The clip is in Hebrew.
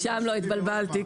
ישוב כפרי,